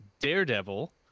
daredevil